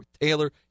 Taylor